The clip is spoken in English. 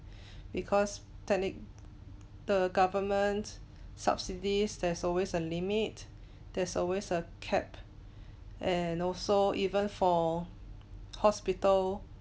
because turning the government subsidies there's always a limit there's always a cap and also even for hospitalisation